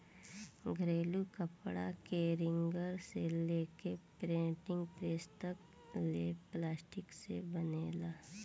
घरेलू कपड़ा के रिंगर से लेके प्रिंटिंग प्रेस तक ले प्लास्टिक से बनेला